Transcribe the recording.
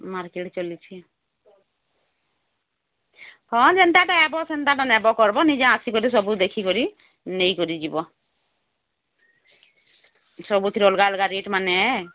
market ଚାଲିଛି ହଁ ଯେନ୍ତାଟା ହେବ ସେନ୍ତାଟା ନେବ କରବ ନିଜେ ଆସିକରି ସବୁ ଦେଖି କରି ନେଇକରି ଯିବ ସବୁଥିରେ ଅଲଗା ଅଲଗା ରେଟ୍ ମାନେ